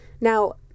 now